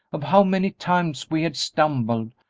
of how many times we had stumbled,